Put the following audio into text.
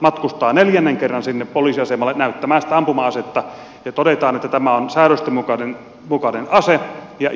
matkustaa neljännen kerran sinne poliisiasemalle näyttämään sitä ampuma asetta ja todetaan että tämä on säädösten mukainen ase ja